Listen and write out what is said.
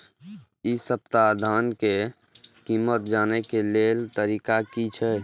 इ सप्ताह धान के कीमत जाने के लेल तरीका की छे?